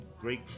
great